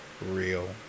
real